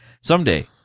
Someday